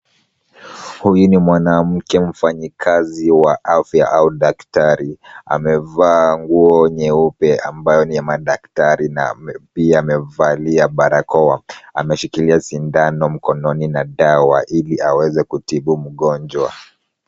Huyu ni mwanamke mfanyikazi wa afya au daktari. Amevaa nguo nyeupe ambayo ni ya madaktari na pia amevalia barakoa. Ameshikilia sindano mkononi na dawa ili aweze kutibu mgonjwa.